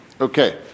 Okay